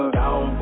down